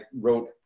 wrote